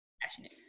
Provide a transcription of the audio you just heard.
passionate